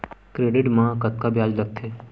Credit मा कतका ब्याज लगथे?